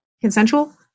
consensual